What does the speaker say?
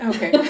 Okay